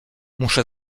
muszę